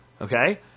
Okay